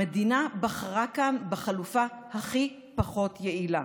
המדינה בחרה כאן בחלופה הכי פחות יעילה.